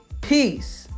Peace